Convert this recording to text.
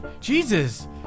Jesus